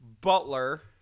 Butler